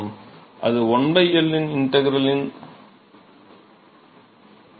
எனவே அது 1L இன் இன்டீக்ரல் ஆக இருக்கும்